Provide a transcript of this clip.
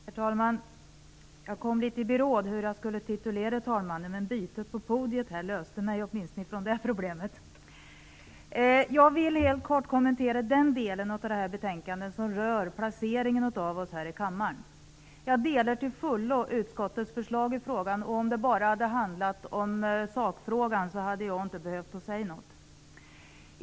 Herr talman! Jag kom litet i beråd när det gällde hur jag skulle titulera talmannen, men bytet på podiet löste åtminstone det problemet. Jag vill helt kort kommentera den del av betänkandet som rör placeringen av oss här i kammaren. Jag ställer mig till fullo bakom utskottets förslag i frågan, och hade det handlat bara om sakfrågan hade jag inte behövt säga något.